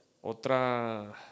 otra